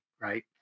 right